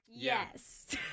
Yes